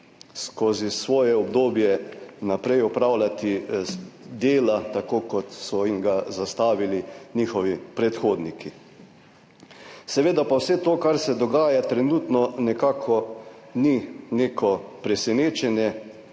skozi svoje obdobje naprej opravljati dela tako, kot so jim ga zastavili njihovi predhodniki. Seveda pa vse to kar se dogaja, trenutno nekako ni neko presenečenje.